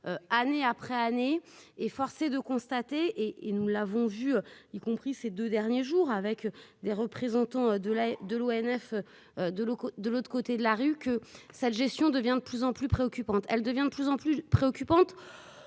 année après année et force est de constater, et nous l'avons vu y compris ces 2 derniers jours avec des représentants de la, de l'ONF, de l'autre côté de l'autre côté de la rue que sa gestion devient de plus en plus préoccupante, elle devient de plus en plus préoccupante,